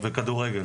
וכדורגל.